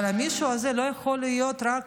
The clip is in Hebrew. אבל המישהו הזה לא יכול להיות רק